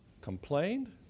complained